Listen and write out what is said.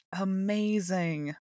Amazing